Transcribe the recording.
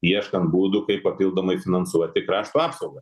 ieškant būdų kaip papildomai finansuoti krašto apsaugą